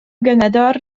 ganador